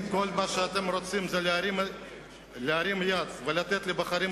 אם כל מה שאתם רוצים זה להרים יד ולתת לחברים